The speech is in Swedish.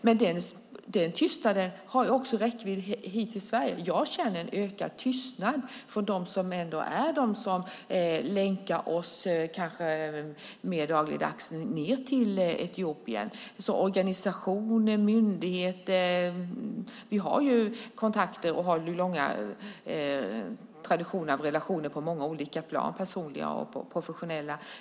Men denna tystnad har också räckvidd hit till Sverige. Jag känner en ökad tystnad från dem som länkar oss mer dagligdags ned till Etiopien. Det handlar om organisationer och myndigheter. Vi har kontakter och en lång tradition av relationer på många olika plan - personliga och professionella.